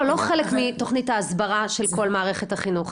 לא חלק מתוכנית ההסברה של כל מערכת החינוך.